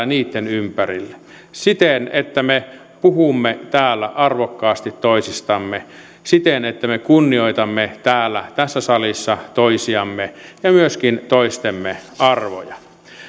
niitten ympärille siten että me puhumme täällä arvokkaasti toisistamme siten että me kunnioitamme täällä tässä salissa toisiamme ja myöskin toistemme arvoja